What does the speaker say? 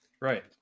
Right